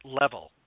level